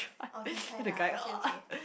or can try lah okay okay